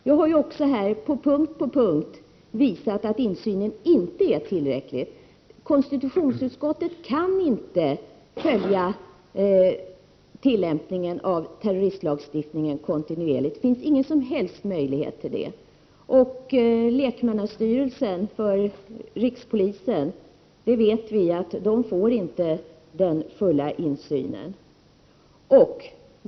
Jag har här på punkt efter punkt visat att insynen inte är tillräcklig. Konstitutionsutskottet kan inte följa tillämpningen av terroristlagstiftningen kontinuerligt. Det finns ingen som helst möjlighet till det. Lekmannarepresentanterna i styrelsen för rikspolisstyrelsen får inte full insyn, det vet vi.